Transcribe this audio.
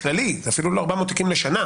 באופן כללי; אלה אפילו לא 400 תיקים בשנה,